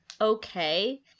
okay